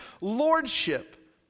lordship